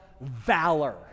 valor